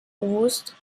bewusst